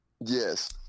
Yes